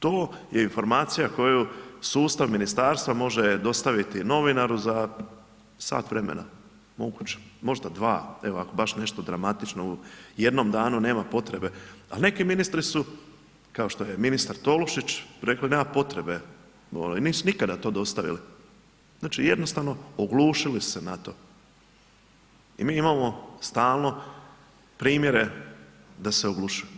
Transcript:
To je informacija koju sustav ministarstva može dostaviti novinaru za sat vremena, moguće, možda dva, evo ako baš neto dramatično u jednom danu nema potrebe ali neki ministri su kao što je ministar Tolušić, rekli nema potrebe i nisu nikada to dostavili, znači jednostavno oglušili su se na to i mi imamo stalno primjere da se oglušujemo.